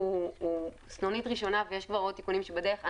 שהוא סנונית ראשונה, וכבר יש עוד תיקונים בדרך.